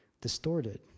distorted